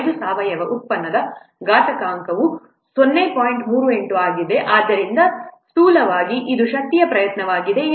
38 ಆಗಿದೆ ಆದ್ದರಿಂದ ಸ್ಥೂಲವಾಗಿ ಇದು ಶಕ್ತಿಯ ಪ್ರಯತ್ನವಾಗಿದೆ 8